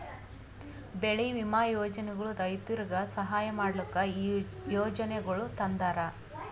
ಬೆಳಿ ವಿಮಾ ಯೋಜನೆಗೊಳ್ ರೈತುರಿಗ್ ಸಹಾಯ ಮಾಡ್ಲುಕ್ ಈ ಯೋಜನೆಗೊಳ್ ತಂದಾರ್